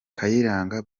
kayiranga